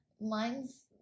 Mine's